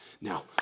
Now